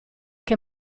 che